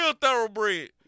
thoroughbred